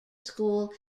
school